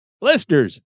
Listeners